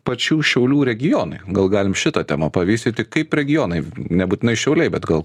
pačių šiaulių regionui gal galim šitą temą pavystyti kaip regionai nebūtinai šiauliai bet gal